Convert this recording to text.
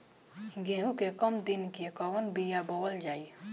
गेहूं के कम दिन के कवन बीआ बोअल जाई?